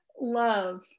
love